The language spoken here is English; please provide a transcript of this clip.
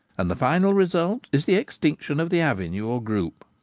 and the final result is the extinction of the avenue or group.